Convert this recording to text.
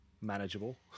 Manageable